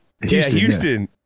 Houston